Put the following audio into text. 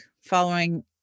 following